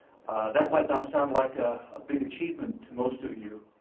that might not sound like a ah big achievement to most of you.